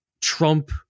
Trump-